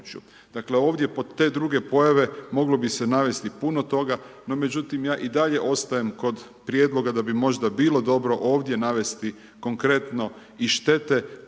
Dakle, ovdje pod te druge pojave, moglo bi se navesti puno toga, no međutim, ja i dalje ostajem kod prijedloga, da bi možda bilo dobro, ovdje navesti, konkretno i štete